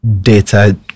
data